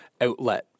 outlet